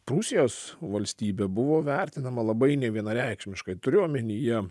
prūsijos valstybė buvo vertinama labai nevienareikšmiškai turiu omenyje